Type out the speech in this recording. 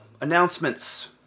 announcements